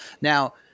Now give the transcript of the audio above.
Now